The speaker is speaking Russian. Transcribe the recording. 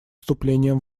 вступлением